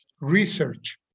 research